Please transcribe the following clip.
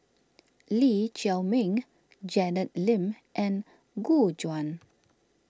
Lee Chiaw Meng Janet Lim and Gu Juan